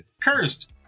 Cursed